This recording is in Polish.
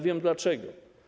Wiem dlaczego.